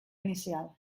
inicial